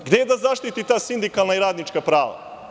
Gde je da zaštiti ta sindikalna i radnička prava?